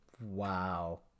wow